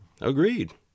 Agreed